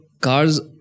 cars